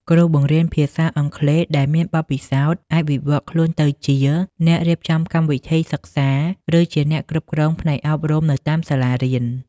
គ្រូបង្រៀនភាសាអង់គ្លេសដែលមានបទពិសោធន៍អាចវិវត្តខ្លួនទៅជាអ្នករៀបចំកម្មវិធីសិក្សា (Curriculum Developer) ឬជាអ្នកគ្រប់គ្រងផ្នែកអប់រំនៅតាមសាលារៀន។